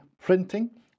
printing